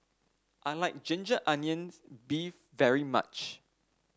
I like Ginger Onions beef very much